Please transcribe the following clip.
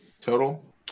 total